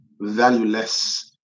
valueless